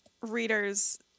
readers